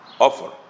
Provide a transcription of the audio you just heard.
offer